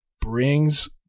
brings